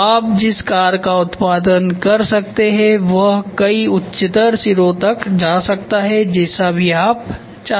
तो आप जिस कार का उत्पादन कर सकते हैं वह कई उच्चतर सिरों तक जा सकता है जैसा भी आप चाहते है